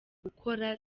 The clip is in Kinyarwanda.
gukora